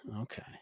Okay